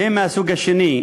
הם מהסוג השני,